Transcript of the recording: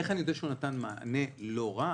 איך אני יודע שהוא נתן מענה לא רע?